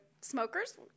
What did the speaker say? smokers